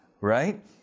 right